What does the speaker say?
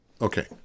Okay